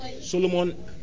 Solomon